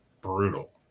brutal